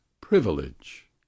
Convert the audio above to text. privilege